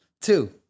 two